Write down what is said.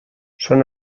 són